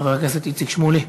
חבר הכנסת איציק שמולי.